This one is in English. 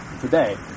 today